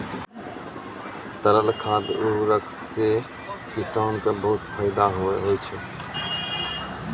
तरल खाद उर्वरक सें किसान क बहुत फैदा होय छै